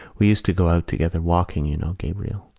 we used to go out together, walking, you know, gabriel,